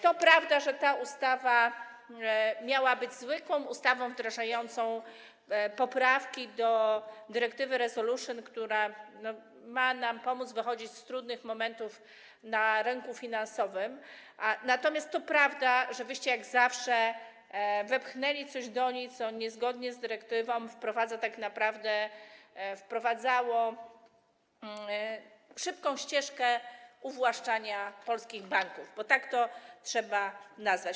To prawda, że ta ustawa miała być zwykłą ustawą wdrażającą poprawki do dyrektywy resolution, która ma nam pomóc wychodzić z trudnych momentów na rynku finansowym, natomiast to też prawda, że wyście jak zawsze wepchnęli do niej coś, co niezgodnie z dyrektywą tak naprawdę wprowadzało szybką ścieżkę uwłaszczania polskich banków, bo tak to trzeba nazwać.